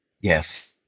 Yes